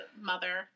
mother